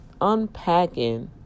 unpacking